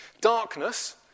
Darkness